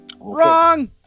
wrong